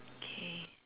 K